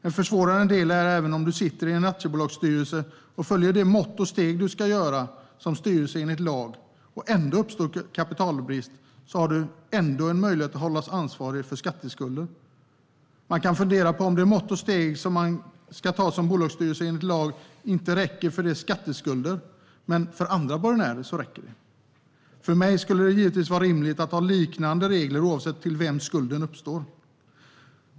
En försvårande del är när du sitter i en aktiebolagsstyrelse och följer de mått och steg du ska göra i styrelsen enligt lag. Om det uppstår kapitalbrist finns ändå en möjlighet att du kan hållas ansvarig för skatteskulder. Man kan fundera på att de mått och steg man ska ta som bolagsstyrelse enligt lag inte räcker för skatteskulder men för andra borgenärer. För mig skulle det givetvis vara rimligt att ha liknande regler oavsett till vem skulden uppstår.